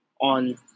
on